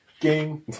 game